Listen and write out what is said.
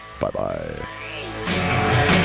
Bye-bye